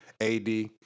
AD